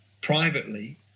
privately